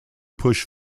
push